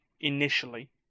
Initially